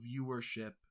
viewership